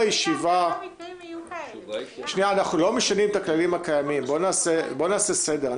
לא משנים את הכללים הקיימים, בואו נעשה סדר.